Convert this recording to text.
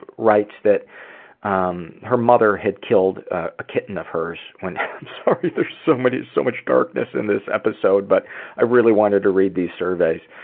writes that um her mother had killed a kitten of hers, and i'm sorry there's so much so much darkness in this episode, but i really wanted to read these surveys.